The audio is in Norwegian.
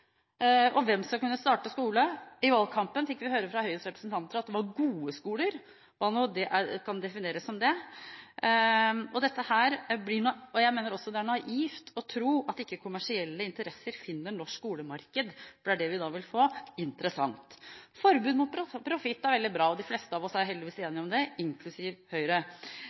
Og hvem skal kunne starte skole? I valgkampen fikk vi høre fra Høyres representanter at det var gode skoler – hva nå det er som kan defineres som det. Jeg mener det er naivt å tro at ikke kommersielle interesser finner norsk skolemarked – for det er det vi da vil få – interessant. Forbud mot profitt er veldig bra – og de fleste av oss er heldigvis enige om det, inklusiv Høyre